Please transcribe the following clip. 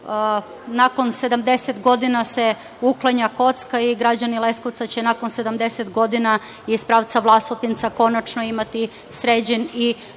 Nakon 70 godina se uklanja kocka i građani Leskovca će nakon 70 godina iz pravca Vlasotinca konačno imati sređen i drugi